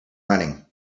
running